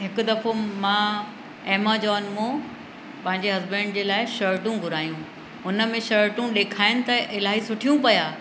हिकु दफ़ो मां एमजॉन मां पंहिंजे हसबैंड जे लाइ शर्टूं घुरायूं हुन में शर्टूं ॾेखाइनि त इलाही सुठियूं पिया